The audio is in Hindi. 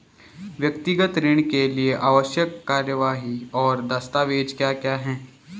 व्यक्तिगत ऋण के लिए आवश्यक कार्यवाही और दस्तावेज़ क्या क्या हैं?